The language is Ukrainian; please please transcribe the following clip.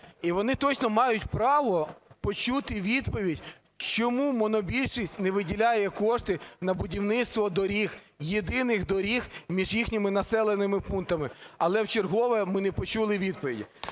І вони, точно, мають право почути відповідь, чому монобільшість не виділяє кошти на будівництво доріг, єдиних доріг між їхніми населеними пунктами. Але вчергове ми не почули відповіді.